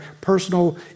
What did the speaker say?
personal